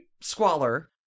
squalor